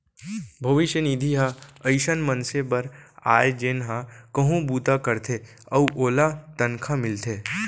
भविस्य निधि ह अइसन मनसे बर आय जेन ह कहूँ बूता करथे अउ ओला तनखा मिलथे